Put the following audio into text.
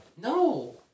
No